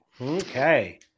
Okay